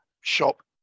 shop